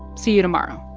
see you tomorrow